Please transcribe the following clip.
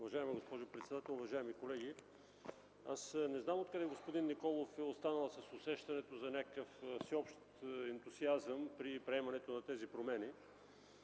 Уважаема госпожо председател, уважаеми колеги! Не знам откъде господин Николов е останал с усещането за някакъв всеобщ ентусиазъм при приемането на тези промени.